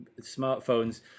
smartphones